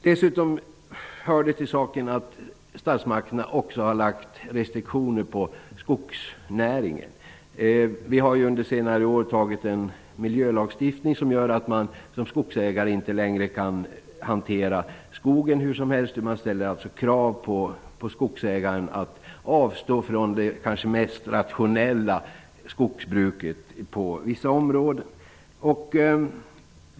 Dessutom hör det till saken att statsmakterna har lagt restriktioner på skogsnäringen. Vi har under senare år antagit en miljölagstiftning som gör att man som skogsägare inte längre kan hantera skogen hur som helst. Det ställs alltså krav på skogsägaren att avstå från det kanske mest rationella skogsbruket på vissa områden.